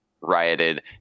rioted